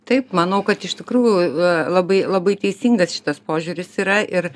taip manau kad iš tikrųjų labai labai teisingas šitas požiūris yra ir